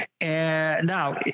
Now